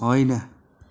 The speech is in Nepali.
होइन